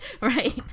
Right